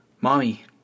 Mommy